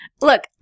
Look